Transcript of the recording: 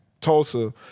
Tulsa